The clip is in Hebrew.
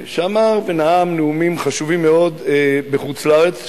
שנאם נאומים חשובים מאוד בחוץ-לארץ,